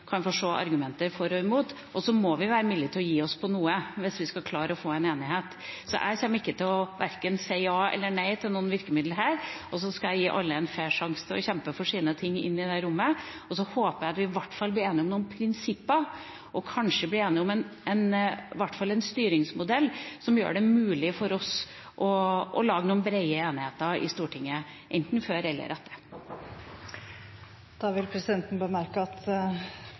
få se argumentene for og imot. Så må vi være villige til å gi oss på noe hvis vi skal klare å få en enighet. Jeg kommer ikke til å si verken ja eller nei til noen virkemiddel her, og jeg skal gi alle en fair sjanse til å kjempe for sine ting i det rommet. Så håper jeg at vi i hvert fall blir enige om noen prinsipper og kanskje om en styringsmodell som gjør det mulig for oss å lage noen brede enigheter i Stortinget – enten før eller etter. Presidenten vil bemerke at